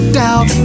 doubt